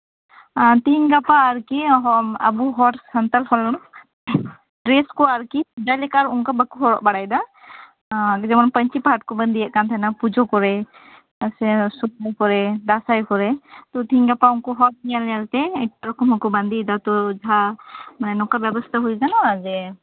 ᱛᱤᱦᱤᱧᱼᱜᱟᱯᱟ ᱟᱨᱠᱤ ᱟᱵᱩ ᱦᱚᱲ ᱥᱟᱱᱛᱟᱲ ᱦᱚᱲ ᱨᱮᱱ ᱠᱚ ᱟᱨᱠᱤ ᱡᱮ ᱞᱮᱠᱟ ᱚᱱᱠᱟ ᱵᱟᱠᱚ ᱦᱚᱨᱚᱜ ᱵᱟᱲᱟᱭᱮᱫᱟ ᱮᱸᱜ ᱡᱮᱢᱚᱱ ᱯᱟᱧᱪᱤᱼᱯᱟᱲᱦᱟᱴ ᱠᱚ ᱵᱟᱸᱫᱮᱭᱮᱫ ᱠᱟᱱ ᱛᱟᱦᱮᱸᱜᱼᱟ ᱯᱩᱡᱟᱹ ᱠᱚᱨᱮ ᱥᱮ ᱥᱩᱠᱱᱳ ᱠᱚᱨᱮ ᱫᱟᱸᱥᱟᱭ ᱠᱚᱨᱮ ᱛᱮᱦᱤᱧᱼᱜᱟᱯᱟ ᱩᱱᱠᱩ ᱦᱚᱲ ᱧᱮᱞᱼᱧᱮᱞ ᱛᱮ ᱮᱴᱟᱜ ᱠᱚᱦᱚᱸ ᱠᱚ ᱵᱟᱸᱫᱮᱭ ᱫᱟᱠᱚ ᱡᱮ ᱡᱟᱦᱟᱸ ᱱᱚᱝᱠᱟ ᱵᱮᱵᱚᱥᱛᱟ ᱦᱩᱭ ᱠᱟᱱᱟ ᱡᱮ